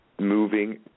moving